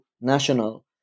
national